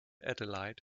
adelaide